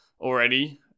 already